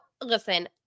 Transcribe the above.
listen